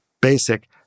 basic